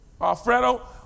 Alfredo